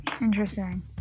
Interesting